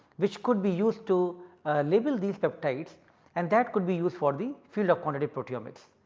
which could be used to label these peptides and that could be used for the field of quantity proteomics.